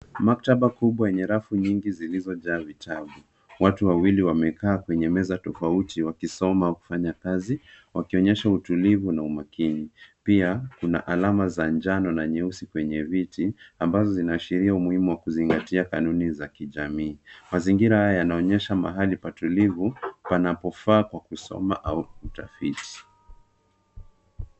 Maktaba kubwa yenye rafu nyingi zilizo jaa vitabu. Watu wawili wamekaa kwenye meza tofauti wakisoma au kufanya kazi, wakionyesha utulivu na umakini. Pia kuna alama za njano na nyeusi kwenye viti ambazo zinaashiria umuhimu wa kuzingatia kanuni za kijamii. Mazingira haya yanaonyesha mahali pa tulivu panapofaa kwa kusoma au kutafiti.